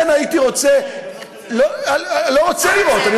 כן הייתי רוצה, גם לא תראה, אל תדאג.